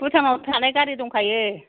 भुटान आव थांनाय गारि दंखायो